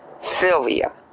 Sylvia